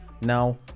Now